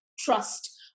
trust